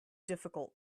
difficult